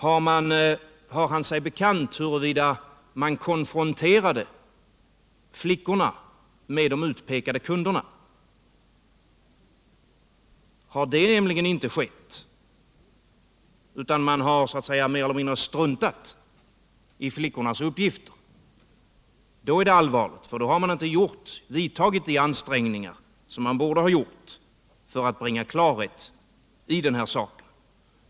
Har justitieministern sig bekant huruvida man konfronterade flickorna med de utpekade kunderna? Har det nämligen inte skett, utan har man så att säga mer eller mindre struntat i flickornas uppgifter, då är det allvarligt, för i så fall har man inte gjort de ansträngningar man borde ha gjort för att bringa klarhet i denna sak.